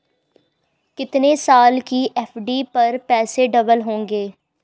कितने साल की एफ.डी पर पैसे डबल होंगे?